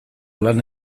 lan